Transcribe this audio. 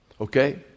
Okay